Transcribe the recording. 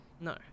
No